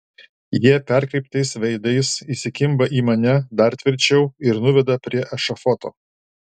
jie perkreiptais veidais įsikimba į mane dar tvirčiau ir nuveda prie ešafoto